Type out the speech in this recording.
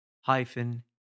hyphen